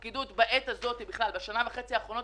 הפקידות בעת הזאת, בשנה וחצי האחרונות,